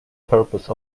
purpose